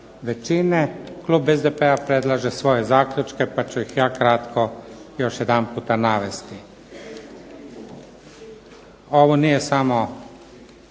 većine, klub SDP-a predlaže svoje zaključke pa ću ih ja kratko još jedanputa navesti. Ovo nije samo